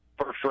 first